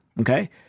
Okay